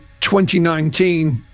2019